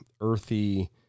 earthy